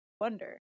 wonder